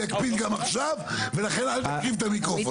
אקפיד גם עכשיו ולכן אל תקרב את המיקרופון.